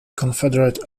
confederate